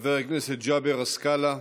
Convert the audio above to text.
חבר הכנסת ג'אבר עסאקלה.